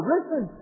Listen